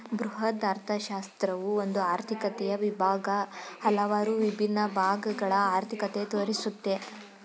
ಬೃಹದರ್ಥಶಾಸ್ತ್ರವು ಒಂದು ಆರ್ಥಿಕತೆಯ ವಿಭಾಗ, ಹಲವಾರು ವಿಭಿನ್ನ ಭಾಗಗಳ ಅರ್ಥಿಕತೆ ತೋರಿಸುತ್ತೆ